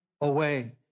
away